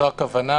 זו הכוונה,